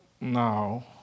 Now